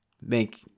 make